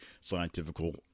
scientifical